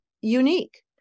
unique